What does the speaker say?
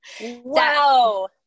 Wow